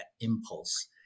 impulse